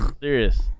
Serious